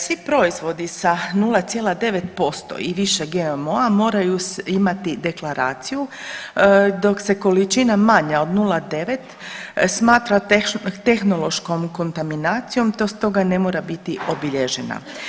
Svi proizvodi sa 0,9% i više GMO-a moraju imati deklaraciju dok se količina manja od 0,9 smatra tehnološkom kontaminacijom te stoga ne mora biti obilježene.